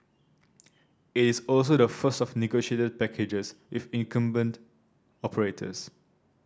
it is also the first of negotiated packages with incumbent operators